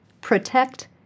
Protect